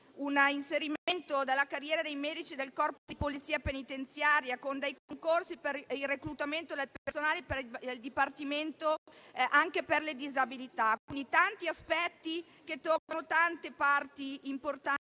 l'inserimento della carriera dei medici del Corpo di polizia penitenziaria con dei concorsi per il reclutamento del personale per il Dipartimento per le disabilità. Ci sono quindi interventi che toccano tanti aspetti e tanti